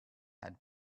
had